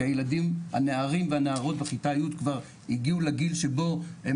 כי הנערים והנערות בכיתה י' כבר הגיעו לגיל שבו הם